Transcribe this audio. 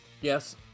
Yes